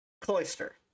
Cloister